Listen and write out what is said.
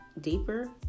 deeper